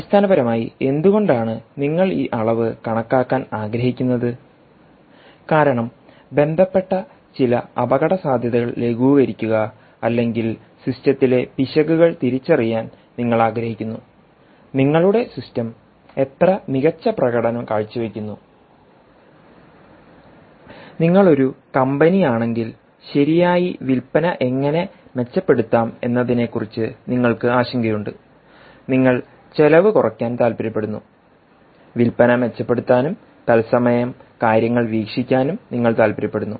അടിസ്ഥാനപരമായി എന്തുകൊണ്ടാണ് നിങ്ങൾ ഈ അളവ് കണക്കാക്കാൻ ആഗ്രഹിക്കുന്നത്കാരണം ബന്ധപ്പെട്ട ചില അപകടസാധ്യതകൾ ലഘൂകരിക്കുക അല്ലെങ്കിൽ സിസ്റ്റത്തിലെ പിശകുകൾ തിരിച്ചറിയാൻ നിങ്ങൾ ആഗ്രഹിക്കുന്നുനിങ്ങളുടെ സിസ്റ്റം എത്ര മികച്ച പ്രകടനം കാഴ്ചവയ്ക്കുന്നു നിങ്ങൾ ഒരു കമ്പനി ആണെങ്കിൽ ശരിയായി വിൽപന എങ്ങനെ മെച്ചപ്പെടുത്താമെന്നതിനെക്കുറിച്ച് നിങ്ങൾക്ക് ആശങ്കയുണ്ട് നിങ്ങൾ ചെലവ് കുറയ്ക്കാൻ താൽപ്പര്യപ്പെടുന്നു വിൽപന മെച്ചപ്പെടുത്താനും തത്സമയം കാര്യങ്ങൾ വീക്ഷിക്കാനും നിങ്ങൾ താൽപ്പര്യപ്പെടുന്നു